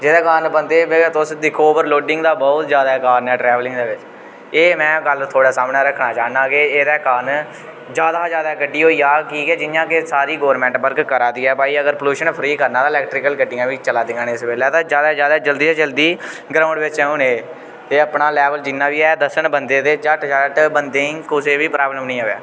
जेह्दे कारण बंदे फिर तुस दिक्खो ओवरलोडिंग दा बहोत जादै कारण ऐ ट्रैवलिंग दे बिच एह् में गल्ल थुआढ़े सामनै रखना चाह्न्नां की एह्दे कारण जादै कशा जादै गड्डी होई जाह्ग ठीक ऐ जि'यां कि साढ़ी गौरमेंट वर्क करा दी ऐ भई अगर पॉल्यूशन फ्री करना होऐ ते इलैक्ट्रिकल गड्डियां बी चला दियां न इस बैल्ले ते जादै ते जादै जल्दी तू जल्दी ग्राउंड बिच औन एह् ते अपना लेवल जि'न्ना बी ऐ दस्सन बंदे ते घट्ट शा घट्ट बंदे ई कुसै बी प्रॉब्लम निं आवै